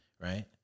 Right